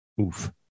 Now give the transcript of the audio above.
oof